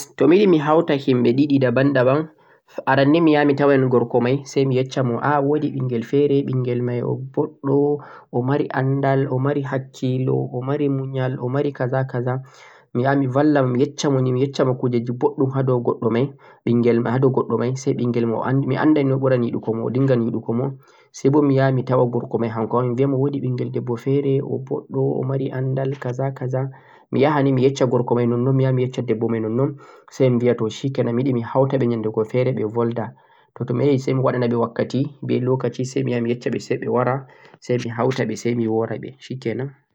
to mi yiɗi mi hawta himɓe ɗiɗi 'daban-daban', arn ni mi waawan mi tawa gorko may, say mi yecca mo ah woodi ɓinngel feere, ɓinngel may o boɗɗo, o mari anndal, o mari hakkiilo, o mari muyal, o mari 'kaza' 'kaza' mi yaha mi balla, mo, mi yecca mo ni, mi yecca mo kuujeeeji boɗɗum ha dow goɗɗo may, mi annda ni ɓuran yiɗugo mo, o dinngan yiɗugo mo, say bo mi yaha mi tawa gorko may hanko ma mi biya mi woodi ɓinngel debbo feere, o boɗɗo, o mari anndal 'kaza' 'kaza' mi yaha ni mi yecca gorko may nonnon, mi yaha yecca debbo may nonnon, say mi biya to 'shikenan' mi yiɗi mi hawta ɓe nyannde go feere ɓe bolda. To to mi yahi say mi waɗa na ɓe wakkati be 'lokaci,' say mi yaha mi yecca ɓe say ɓe wara say mi hawta ɓe say mi wo'ra ɓe 'shikenan'.